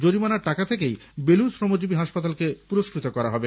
জরিমানার টাকা থেকেই বেলুড় শ্রমজীবী হাসপাতালকে পুরস্কৃত করা হবে